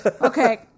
Okay